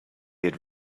had